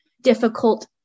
difficult